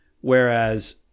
Whereas